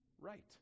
right